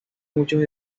muchos